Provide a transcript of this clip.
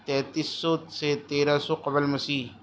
تینتیس سو سے تیرہ سو قبل مسیح